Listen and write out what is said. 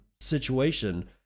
situation